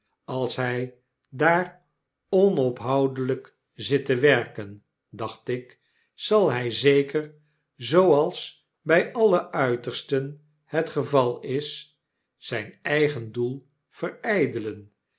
als hy daar onophoudelyk zit te werken dacht ik zal hij zeker zooals bij alle uitersten het geval is zyn eigen doel verydelen